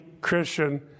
Christian